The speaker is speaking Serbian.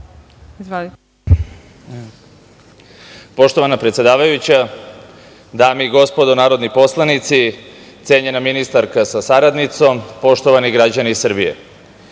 Poštovana predsedavajuća, dame i gospodo narodni poslanici, cenjena ministarka sa saradnicom, poštovani građani Srbije,